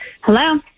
Hello